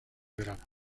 verano